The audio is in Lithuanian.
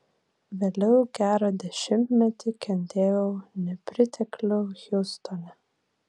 vėliau gerą dešimtmetį kentėjau nepriteklių hjustone